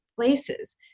places